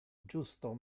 justo